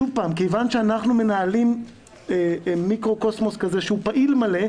כיוון שאנחנו מנהלים מיקרו קוסמוס כזה שהוא פעיל מלא,